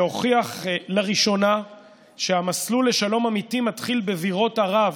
שהוכיח לראשונה שהמסלול לשלום אמיתי מתחיל בבירות ערב,